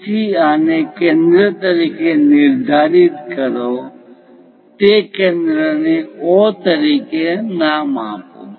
તેથી આને કેન્દ્ર તરીકે નિર્ધારિત કરો તે કેન્દ્ર ને O તરીકે નામ આપો